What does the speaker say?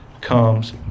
comes